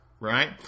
Right